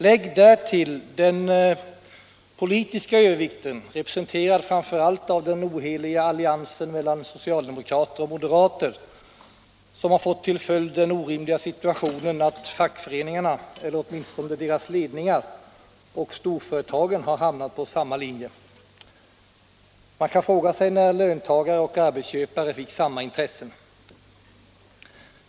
Lägg därtill den politiska övervikten, representerad framför allt av den oheliga alliansen mellan socialdemokrater och moderater, som har fått till följd den orimliga situationen att fackföreningarna — eller 89 åtminstone deras ledningar — och storföretagen har hamnat på samma linje. Man kan fråga sig om det tidigare har hänt att löntagare och arbetsköpare haft samma intressen.